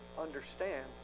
understand